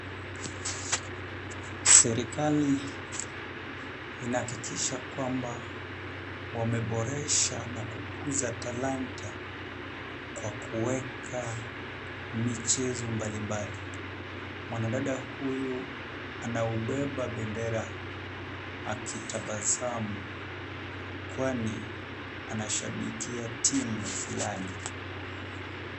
Serikali inahakikisha kwamba wameboresha na kukuza talanta kwa kuweka michezo mbalimbali. Mwanadada huyu anaubeba bendera akitabasamu kwani anashabikia timu la fulani.